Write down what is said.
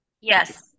Yes